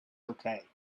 okay